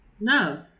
No